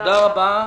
תודה רבה.